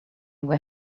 were